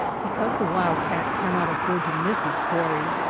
because the wild-cat cannot afford to miss his quarry,